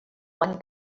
one